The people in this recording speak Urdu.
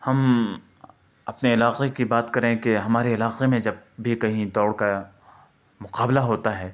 ہم اپنے علاقے کی بات کریں کہ ہمارے علاقے میں جب بھی کہیں دوڑ کا مقابلہ ہوتا ہے